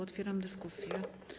Otwieram dyskusję.